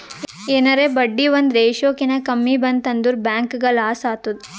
ಎನಾರೇ ಬಡ್ಡಿ ಒಂದ್ ರೇಶಿಯೋ ಕಿನಾ ಕಮ್ಮಿ ಬಂತ್ ಅಂದುರ್ ಬ್ಯಾಂಕ್ಗ ಲಾಸ್ ಆತ್ತುದ್